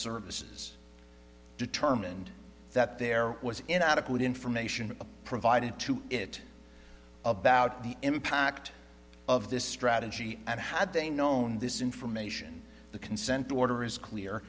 services determined that there was inadequate information provided to it about the impact of this strategy and had they known this information the consent order is clear